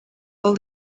all